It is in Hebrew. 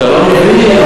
אתה לא מבין?